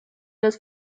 las